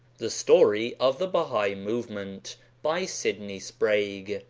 the story of the bahai movement by sydney sprague.